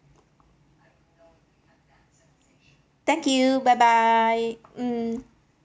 thank you bye bye mm